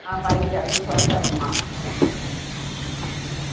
ஆ பரங்கிக்காய் இருக்குது சொரைக்கா இருக்குதும்மா ம்